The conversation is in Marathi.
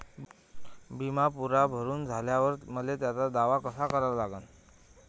बिमा पुरा भरून झाल्यावर मले त्याचा दावा कसा करा लागन?